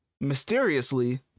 mysteriously